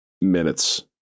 minutes